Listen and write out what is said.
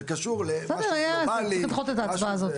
זה קשור למשהו גלובאלי וכו'.